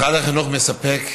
משרד החינוך מספק